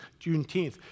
Juneteenth